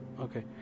Okay